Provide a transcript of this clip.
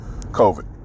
COVID